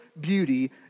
beauty